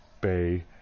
Bay